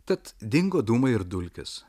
tad dingo dūmai ir dulkės